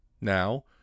Now